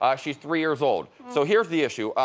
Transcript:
um she's three years old. so here's the issue.